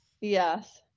Yes